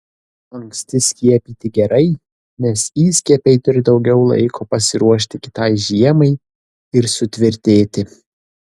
anksti skiepyti gerai nes įskiepiai turi daugiau laiko pasiruošti kitai žiemai ir sutvirtėti